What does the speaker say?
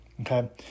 Okay